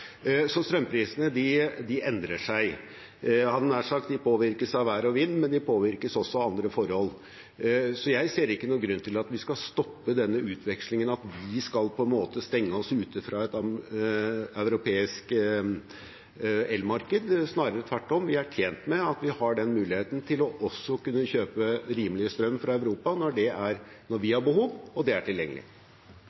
Så strømprisene endrer seg. Jeg hadde nær sagt at de påvirkes av vær og vind, men de påvirkes også av andre forhold. Så jeg ser ikke noen grunn til at vi skal stoppe denne utvekslingen, og at vi på en måte skal stenge oss ute fra et europeisk elmarked. Snarere tvert om: Vi er tjent med at vi har muligheten til også å kunne kjøpe rimelig strøm fra Europa når vi har behov og det er